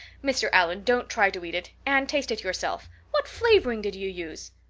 mr. allan, don't try to eat it. anne, taste it yourself. what flavoring did you use?